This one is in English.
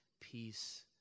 peace